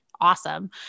awesome